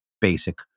basic